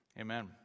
Amen